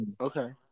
Okay